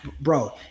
Bro